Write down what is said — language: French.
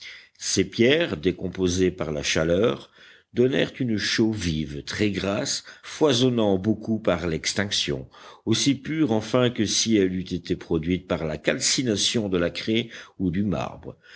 ces pierres décomposées par la chaleur donnèrent une chaux vive très grasse foisonnant beaucoup par l'extinction aussi pure enfin que si elle eût été produite par la calcination de la craie ou du marbre